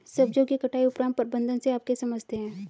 सब्जियों की कटाई उपरांत प्रबंधन से आप क्या समझते हैं?